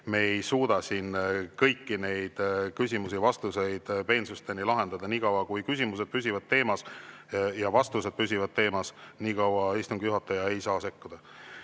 Me ei suuda siin kõiki neid küsimusi ja vastuseid peensusteni lahendada. Niikaua kui küsimused püsivad teemas ja vastused püsivad teemas, niikaua istungi juhataja ei saa sekkuda.